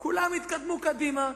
כולם התקדמו קדימה,